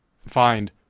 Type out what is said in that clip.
find